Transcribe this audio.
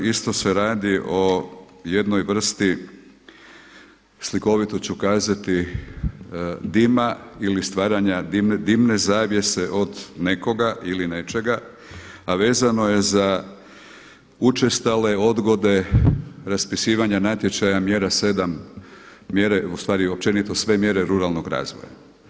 Isto se radi o jednoj vrsti slikovito ću kazati dima ili stvaranja dimne zavjese od nekoga ili nečega a vezano je za učestale odgode raspisivanja natječaja mjera 7., ustvari općenito sve mjere ruralnog razvoja.